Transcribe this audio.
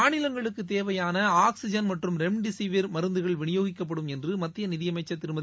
மாநிலங்களுக்குதேவையானஆக்சிஜன் மற்றும் ரெம்டெசிவிர் மருந்துகள் விநியோகிக்கப்படும் என்றுமத்தியநிதிஅமைச்சர் திருமதி